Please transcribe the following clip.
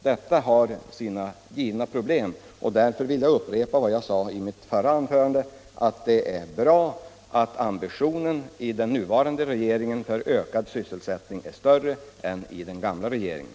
Detta har sina givna problem. Därför vill jag upprepa vad jag sade i mitt förra anförande: Det är bra att ambitionen att öka sysselsättningen är större i den nuvarande regeringen än den var i den gamla regeringen.